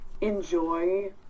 enjoy